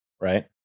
right